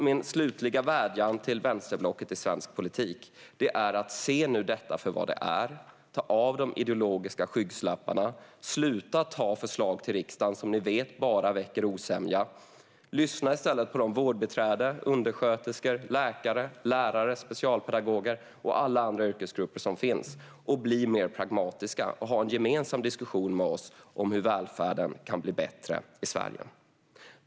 Min slutliga vädjan till vänsterblocket i svensk politik är: Se nu detta för vad det är! Ta av de ideologiska skygglapparna! Sluta ta förslag till riksdagen som ni vet bara väcker osämja! Lyssna i stället på de vårdbiträden, undersköterskor, läkare, lärare, specialpedagoger och alla andra yrkesgrupper som finns! Bli mer pragmatiska och ha en gemensam diskussion med oss om hur välfärden kan bli bättre i Sverige!